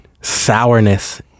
sourness